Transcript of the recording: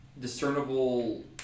discernible